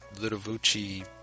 Ludovici